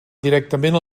directament